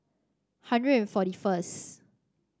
hundred and forty first